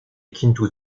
quintus